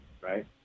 right